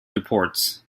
reports